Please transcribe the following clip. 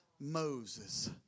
Moses